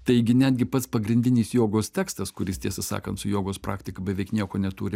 taigi netgi pats pagrindinis jogos tekstas kuris tiesą sakant su jogos praktika beveik nieko neturi